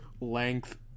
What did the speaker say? length